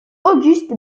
auguste